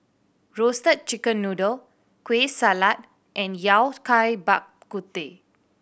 Roasted Chicken Noodle Kueh Salat and yao Bak Kut Teh